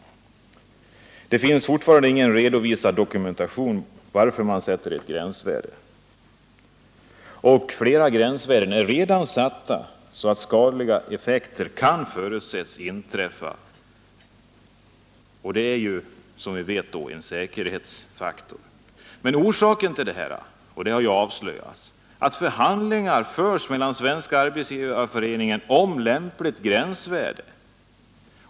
Det finns fortfarande inte någon redovisad dokumentation om varför man sätter ett gränsvärde. Flera gränsvärden är redan satta så, att skadliga effekter kan förutses inträffa, och som vi vet tillämpas inte någon avgörande säkerhetsfaktor i gränsvärdena. Orsaken till detta har avslöjats vara de förhandlingar som förs med Svenska arbetsgivareföreningen om lämpliga gränsvärden.